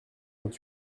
vingt